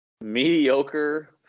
mediocre